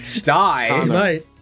die